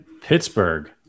Pittsburgh